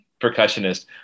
percussionist